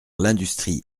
l’industrie